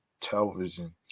television